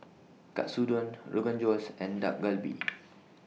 Katsudon Rogan Josh and Dak Galbi